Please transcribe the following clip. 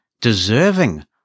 deserving